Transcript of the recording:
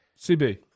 CB